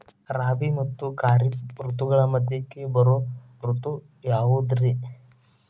ರಾಬಿ ಮತ್ತ ಖಾರಿಫ್ ಋತುಗಳ ಮಧ್ಯಕ್ಕ ಬರೋ ಋತು ಯಾವುದ್ರೇ?